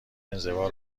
انزوا